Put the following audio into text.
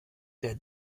der